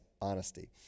honesty